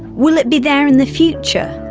will it be there in the future?